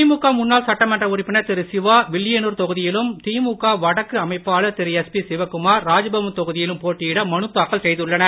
திமுக முன்னாள் சட்டமன்ற உறுப்பினர் திரு சிவா வில்லியனூர் தொகுதியிலும் திமுக வடக்கு அமைப்பாளர் திரு எஸ்பி சிவக்குமார் ராஜ்பவன் தொகுதியிலும் போட்டியிட மனுதாக்கல் செய்துள்ளனர்